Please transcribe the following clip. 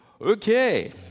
okay